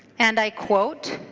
and i quote